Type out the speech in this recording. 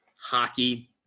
hockey